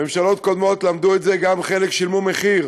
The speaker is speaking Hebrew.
ממשלות קודמות למדו את זה, חלק גם שילמו מחיר